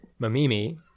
Mamimi